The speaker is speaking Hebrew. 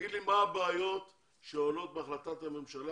תגיד לי מה הבעיות שעולות בהחלטת הממשלה